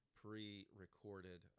pre-recorded